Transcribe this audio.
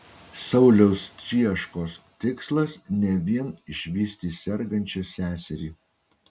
sauliaus cieškos tikslas ne vien išvysti sergančią seserį